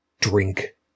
drink